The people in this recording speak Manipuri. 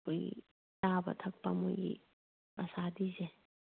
ꯑꯩꯈꯣꯏꯒꯤ ꯆꯥꯕ ꯊꯛꯄ ꯃꯈꯣꯏꯒꯤ ꯄ꯭ꯔꯥꯁꯥꯗꯤꯁꯦ